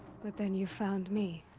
but then you found me.